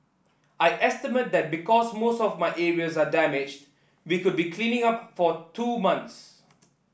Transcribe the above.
I estimate that because most of my areas are damaged we could be cleaning up for two months